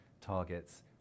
targets